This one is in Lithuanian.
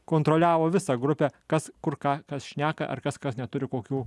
kontroliavo visą grupę kas kur ką kas šneka ar kas kas neturi kokių